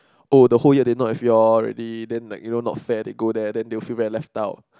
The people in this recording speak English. oh the whole year they not if you're all ready then like you know not fair they go there then they will feel very left out